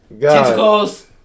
Tentacles